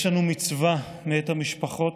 יש לנו מצווה מאת המשפחות,